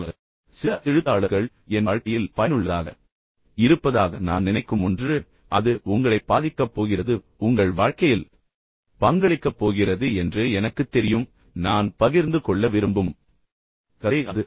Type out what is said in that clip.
உங்களிடம் சில கதைகள் உள்ளன நான் படித்தவை சில எழுத்தாளர்கள் என் வாழ்க்கையில் பயனுள்ளதாக இருப்பதாக நான் நினைக்கும் ஒன்று அது உங்களைப் பாதிக்கப் போகிறது பின்னர் உங்கள் வாழ்க்கையில் பங்களிக்கப் போகிறது என்று எனக்குத் தெரியும் நான் பகிர்ந்து கொள்ள விரும்பும் கதை அது